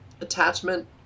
attachment